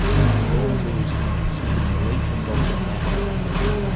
who can go into those communities, who can relate to folks on that type of level.